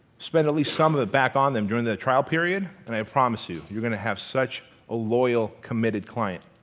spent at least some of it back on them during the trial period and i promise you, you're gonna have such a loyal, committed client.